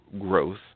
growth